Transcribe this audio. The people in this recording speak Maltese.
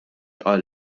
qal